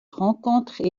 rencontres